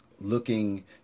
looking